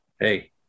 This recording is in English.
Hey